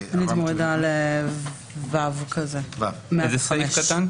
הייתי מורידה את זה לדרגה ו', שזה 105 שקלים.